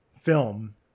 film